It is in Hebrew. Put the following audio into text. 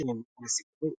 לשירים ולסיפורים.